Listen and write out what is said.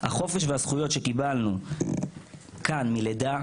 החופש והזכויות שקיבלנו כאן מלידה,